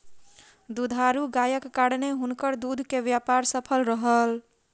दुधारू गायक कारणेँ हुनकर दूध के व्यापार सफल रहल